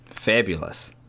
Fabulous